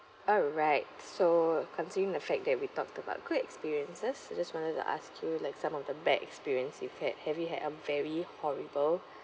all right so considering the fact that we talked about good experiences I just wanted to ask you like some of the bad experience you've had have you had a very horrible